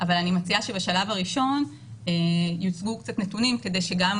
אבל אני מציעה שבשלב הראשון יוצגו קצת נתונים כדי שגם